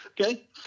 Okay